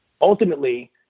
ultimately